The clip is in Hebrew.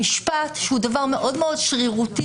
שהוא דבר מאוד מאוד שרירותי,